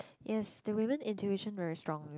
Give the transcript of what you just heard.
yes the women intuition very strong you know